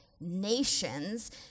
nations